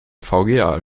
vga